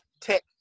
tech